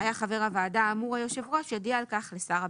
היה חבר הוועדה האמור היושב ראש יודיע על כך לשר הביטחון.